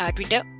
Twitter